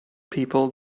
people